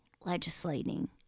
legislating